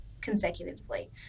consecutively